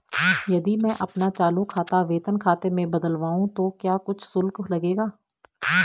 यदि मैं अपना चालू खाता वेतन खाते में बदलवाऊँ तो क्या कुछ शुल्क लगेगा?